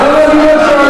אה, חיליק בר,